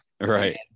right